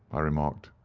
i remarked.